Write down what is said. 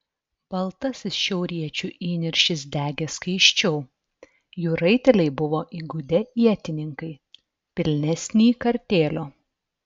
baltasis šiauriečių įniršis degė skaisčiau jų raiteliai buvo įgudę ietininkai pilnesnį kartėlio